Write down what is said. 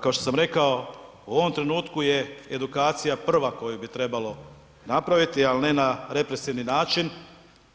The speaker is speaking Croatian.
Kao što sam rekao, u ovom trenutku je edukacija prva koju bi trebalo napraviti, ali ne na represivni način